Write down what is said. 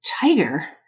tiger